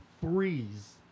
freeze